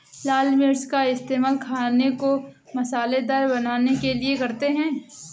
लाल मिर्च का इस्तेमाल खाने को मसालेदार बनाने के लिए करते हैं